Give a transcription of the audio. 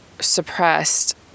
suppressed